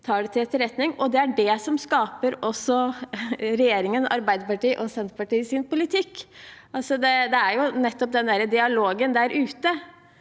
Det er det som også skaper regjeringens, Arbeiderpartiets og Senterpartiets politikk. Det er nettopp dialogen der ute